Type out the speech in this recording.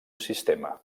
sistema